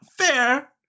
fair